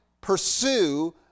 pursue